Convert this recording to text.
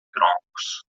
troncos